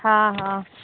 हँ हँ